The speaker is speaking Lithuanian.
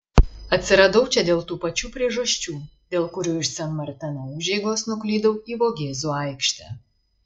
atsiradau čia dėl tų pačių priežasčių dėl kurių iš sen marteno užeigos nuklydau į vogėzų aikštę